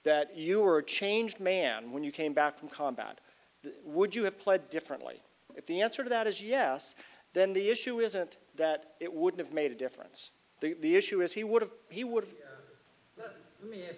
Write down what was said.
that you are a changed man when you came back from combat would you have played differently if the answer to that is yes then the issue isn't that it would have made a difference the issue is he would